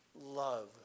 love